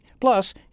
Plus